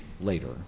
later